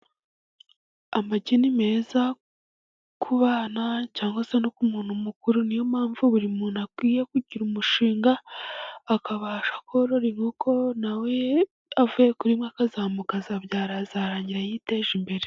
Amagi ni meza ku bana cyangwa se no ku muntu mukuru. Niyo mpamvu buri muntu akwiye kugira umushinga, akabasha korora inkoko. Na we avuye kuri imwe akazamuka zabyara akazarangira yiteje imbere.